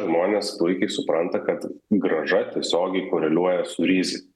žmonės puikiai supranta kad grąža tiesiogiai koreliuoja su rizi